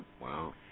Wow